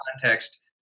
context